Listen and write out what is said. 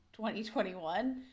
2021